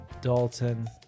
Dalton